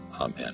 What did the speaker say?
amen